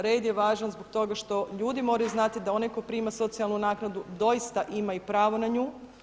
Red je važan zbog toga što ljudi moraju znati da onaj tko prima socijalnu naknadu doista ima i pravo na nju.